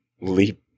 leap